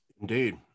Indeed